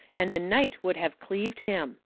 and the night would have cleaved him.